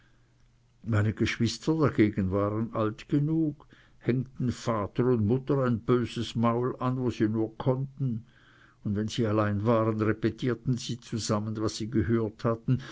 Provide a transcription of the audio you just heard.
meine geschwister dagegen waren alt genug hängten vater und mutter ein böses maul an wo sie nur konnten und wenn sie allein waren repetierten sie zusammen was sie gehört hatten